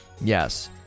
Yes